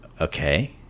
Okay